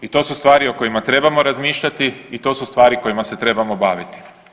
I to su stvari o kojima trebamo razmišljati i to su stvari kojima se trebamo baviti.